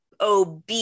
OB